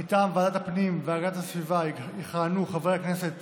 מטעם ועדת הפנים והגנת הסביבה יכהנו חברי הכנסת